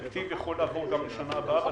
התקציב יכול לעבור גם בשנה הבאה.